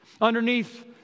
underneath